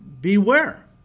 beware